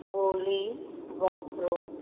बोली वापरून